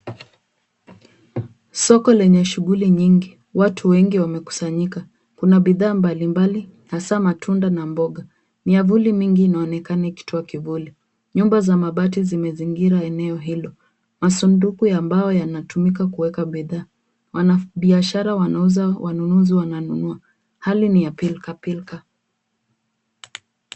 Soko lenye shughuli nyingi. Watu wengi wamekusanyika. Kuna bidhaa mbali mbali hasaa matunda na mboga. Miavuli mingi inaonekana ikitoa kivuli. Nyumba za mabati zimezingira eneo hilo. Masanduku ya mbao inatumika kuweka bidhaa. Wanabiashara wanauza wanunuzi wananunua. Hali ni ya pilka pilka.